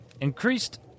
Increased